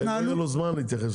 אין לנו זמן להתייחס לזה,